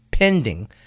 pending